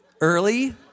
Early